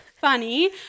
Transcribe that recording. funny